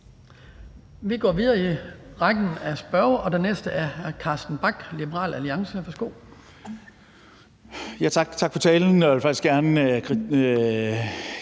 Vi går videre i rækken af spørgere, og den næste er hr. Carsten Bach, Liberal Alliance. Værsgo. Kl.